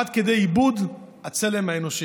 עד כדי איבוד הצלם האנושי.